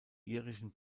irischen